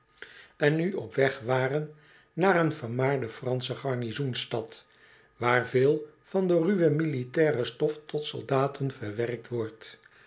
en nu op weg waren naar een vermaarde fransche garnizoensstad waar veel van de ruwe militaire stof tot soldaten verwerkt wordt